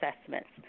assessments